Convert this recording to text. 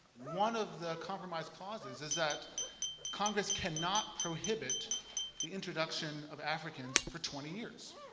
one of the compromise clauses is that congress cannot prohibit the introduction of africans for twenty years.